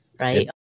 right